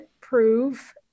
prove